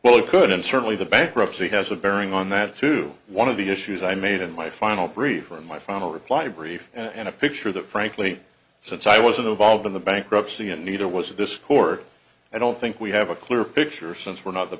well it could and certainly the bankruptcy has a bearing on that through one of the issues i made in my final brief for my final reply brief and a picture that frankly since i wasn't involved in the bankruptcy and neither was this court i don't think we have a clearer picture since we're not the